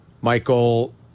Michael